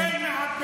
--- והוא לא.